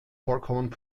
vollkommen